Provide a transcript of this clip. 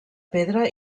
pedra